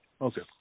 Okay